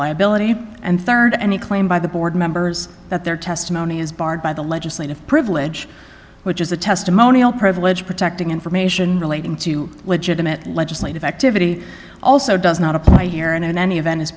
liability and third any claim by the board members that their testimony is barred by the legislative privilege which is a testimonial privilege protecting information relating to legitimate legislative act fifty also does not apply here and in any event is